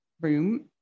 room